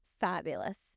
fabulous